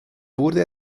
wurde